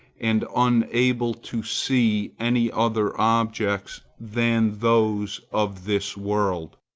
and unable to see any other objects than those of this world,